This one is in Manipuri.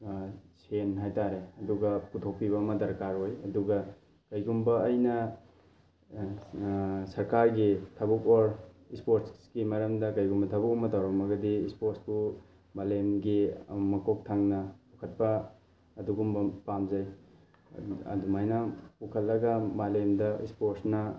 ꯁꯦꯟ ꯍꯥꯏꯇꯥꯔꯦ ꯑꯗꯨꯒ ꯄꯨꯊꯣꯛꯄꯤꯕ ꯑꯃ ꯗꯔꯀꯥꯔ ꯑꯣꯏ ꯑꯗꯨꯒ ꯀꯩꯒꯨꯝꯕ ꯑꯩꯅ ꯁꯔꯀꯥꯔꯒꯤ ꯊꯕꯛ ꯑꯣꯔ ꯏꯁꯄꯣꯔꯠꯁꯀꯤ ꯃꯔꯝꯗ ꯀꯩꯒꯨꯃꯕ ꯊꯕꯛ ꯑꯃ ꯇꯧꯔꯝꯃꯒꯗꯤ ꯏꯁꯄꯣꯔꯠꯄꯨ ꯃꯥꯂꯦꯝꯒꯤ ꯃꯀꯣꯛ ꯊꯪꯅ ꯄꯨꯈꯠꯄ ꯑꯗꯨꯒꯨꯝꯕ ꯄꯥꯝꯖꯩ ꯑꯗꯨꯃꯥꯏꯅ ꯄꯨꯈꯠꯂꯒ ꯃꯥꯂꯦꯝꯗ ꯏꯁꯄꯣꯔꯠꯁꯅ